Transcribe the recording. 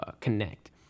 connect